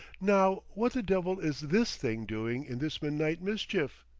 now what the devil is this thing doing in this midnight mischief.